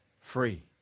free